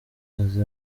aze